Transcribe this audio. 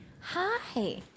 Hi